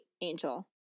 Angel